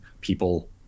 People